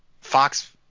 Fox